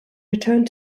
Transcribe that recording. returned